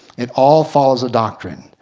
it all follows a doctrine.